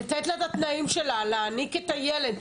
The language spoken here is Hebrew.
לתת לה את התנאים שלה, להניק את הילד.